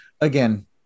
again